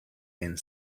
and